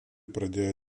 pradėjo